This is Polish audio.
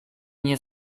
nie